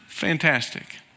fantastic